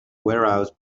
warehouse